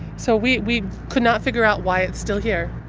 so we we could not figure out why it's still here.